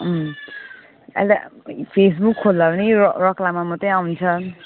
अहिले त फेसबुक खोल्दा पनि यो रक लामा मात्रै आउँछ